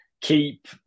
keep